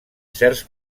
certs